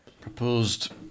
Proposed